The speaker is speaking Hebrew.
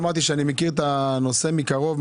אמרתי שאני מכיר את הנושא מקרוב,